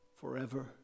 forever